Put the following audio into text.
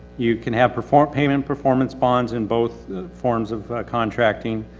you can have performance, payment performance bonds in both forms of contracting.